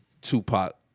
Tupac